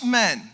men